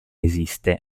esiste